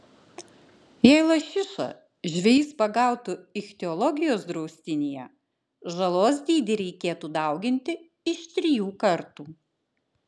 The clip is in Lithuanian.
jei lašišą žvejys pagautų ichtiologijos draustinyje žalos dydį reikėtų dauginti iš trijų kartų